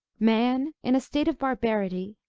man, in a state of barbarity,